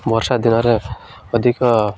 ବର୍ଷା ଦିନରେ ଅଧିକ